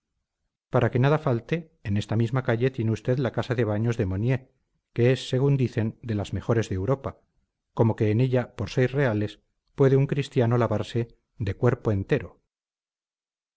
para que nada falte en esta misma calle tiene usted la casa de baños de monier que es según dicen de las mejores de europa como que en ella por seis reales puede un cristiano lavarse de cuerpo entero